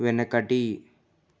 వెనకటి